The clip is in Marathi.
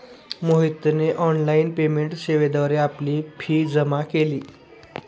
मोहितने ऑनलाइन पेमेंट सेवेद्वारे आपली फी जमा केली